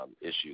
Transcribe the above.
issues